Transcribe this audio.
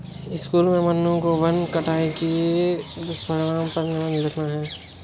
school में मन्नू को वन कटाई के दुष्परिणाम पर निबंध लिखना है